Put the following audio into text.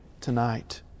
tonight